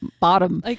bottom